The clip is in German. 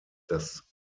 das